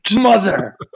Mother